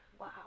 Wow